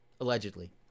allegedly